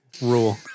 rule